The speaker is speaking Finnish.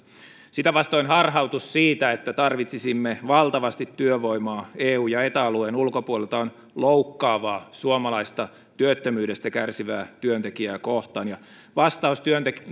sitä vastoin harhautus siitä että tarvitsisimme valtavasti työvoimaa eu ja eta alueen ulkopuolelta on loukkaavaa suomalaista työttömyydestä kärsivää työntekijää kohtaan vastaus